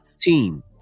team